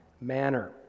Manner